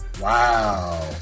Wow